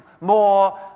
more